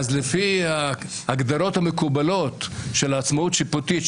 לפי ההגדרות המקובלות של עצמאות שיפוטית,